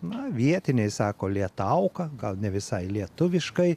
na vietiniai sako lietauka gal ne visai lietuviškai